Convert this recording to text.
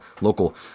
local